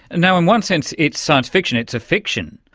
and one one sense it's science fiction, it's a fiction,